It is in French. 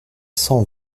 cent